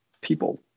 people